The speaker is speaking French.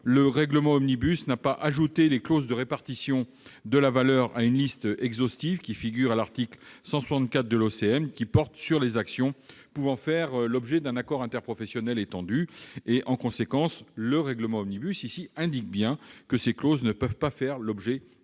le règlement Omnibus n'a pas ajouté les clauses de répartition de la valeur à une liste exhaustive- elles figurent à l'article 164 de l'OCM, qui porte sur les actions pouvant faire l'objet d'un accord interprofessionnel étendu. En conséquence, le règlement Omnibus indique bien que ces clauses ne peuvent faire l'objet d'accords